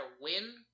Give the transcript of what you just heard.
win